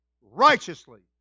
righteously